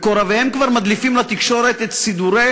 מקורביהם כבר מדליפים לתקשורת את סידורי